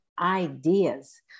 ideas